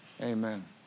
Amen